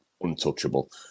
untouchable